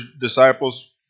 disciples